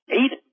eight